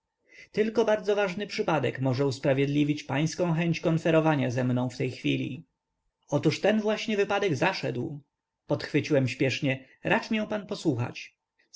tylko bardzo ważny wypadek może usprawiedliwić pańską chęć konferowania ze mną w tej chwili otóż ten właśnie wypadek zaszedł podchwyciłem śpiesznie racz pan mię posłuchać